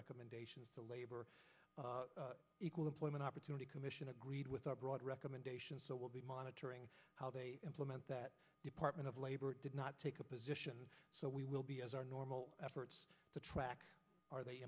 recommendations the labor equal employment opportunity commission agreed with our broad recommendations so we'll be monitoring how they implement that department of labor did not take a position so we will be as our normal efforts to track are they